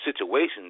situations